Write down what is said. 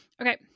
Okay